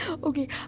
Okay